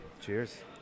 Cheers